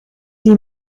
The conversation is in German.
die